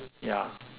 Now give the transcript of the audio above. yeah